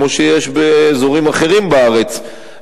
כמו שיש באזורים אחרים בארץ,